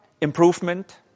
improvement